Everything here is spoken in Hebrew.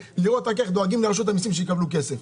ולראות רק איך דואגים לרשות המיסים שיקבלו כסף.